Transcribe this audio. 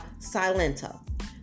Silento